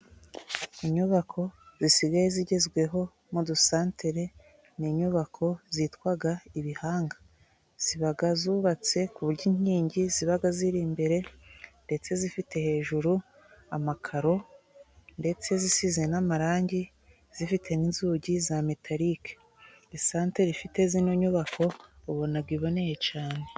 Inyubako zisigaye zigezweho mu dusantere ni inyubako zitwa ibihanga. Ziba zubatse ku buryo inkingi ziba ziri imbere ndetse zifite hejuru amakaro ndetse zisize n'amarangi zifite n'inzugi za metarike, isantere ifite zino nyubako ubona iboneye cyane.